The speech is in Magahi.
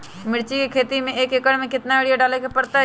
मिर्च के खेती में एक एकर में कितना यूरिया डाले के परतई?